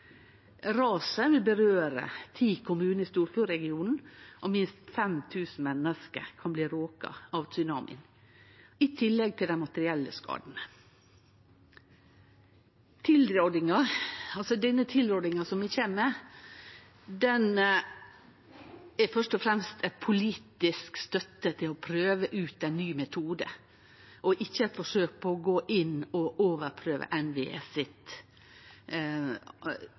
og minst 5 000 menneske kan bli råka av tsunamien, i tillegg til dei materielle skadane. Denne tilrådinga vi kjem med, er fyrst og fremst ei politisk støtte til å prøve ut ein ny metode, ikkje eit forsøk på å gå inn og overprøve